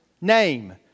name